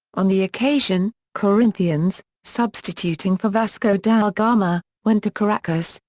on the occasion, corinthians, substituting for vasco da gama, went to caracas,